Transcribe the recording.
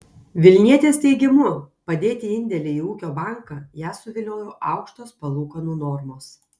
vilnietės teigimu padėti indėlį į ūkio banką ją suviliojo aukštos palūkanų normos